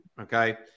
okay